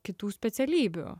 kitų specialybių